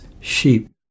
sheep